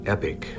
Epic